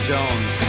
Jones